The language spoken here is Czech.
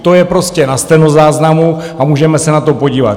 To je na stenozáznamu a můžeme se na to podívat.